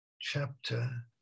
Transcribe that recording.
chapter